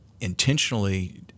intentionally